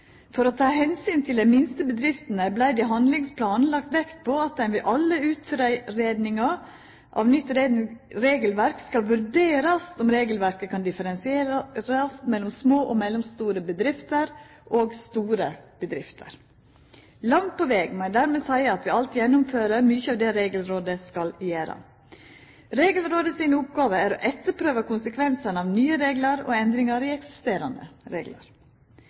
For å ta omsyn til dei minste bedriftene vart det i handlingsplanen lagt vekt på at det ved alle utgreiingar av nytt regelverk skal vurderast om regelverket kan verta differensiert mellom små og mellomstore bedrifter og store bedrifter. Langt på veg må ein dermed seia at vi alt gjennomfører mykje av det regelrådet skal gjera. Regelrådet sine oppgåver er å etterprøva konsekvensane av nye reglar og endringar i eksisterande reglar.